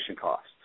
costs